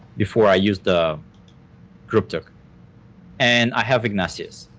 before i use the ghruptuk and i have ignacius